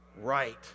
right